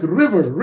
river